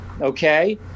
okay